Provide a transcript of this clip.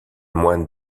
moine